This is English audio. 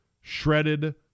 shredded